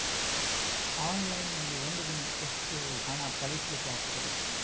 Online ನಲ್ಲಿ ಒಂದು ದಿನ ಎಷ್ಟು ಹಣ ಕಳಿಸ್ಲಿಕ್ಕೆ ಆಗ್ತದೆ?